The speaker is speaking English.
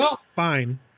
fine